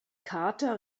carter